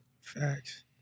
Facts